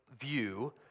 view